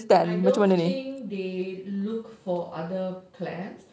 I don't think they look for other clans